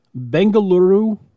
Bengaluru